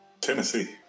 Tennessee